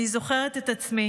אני זוכרת את עצמי